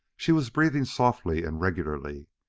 she was breathing softly and regularly.